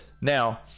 Now